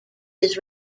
his